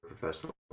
professional